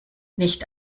nicht